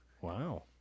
Wow